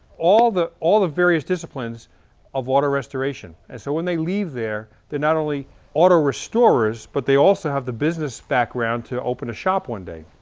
all the all the various disciplines of auto restoration. and so when they leave there, they're not only auto restorers, but they also have the business background to open a shop one day.